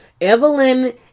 Evelyn